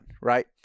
right